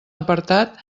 apartat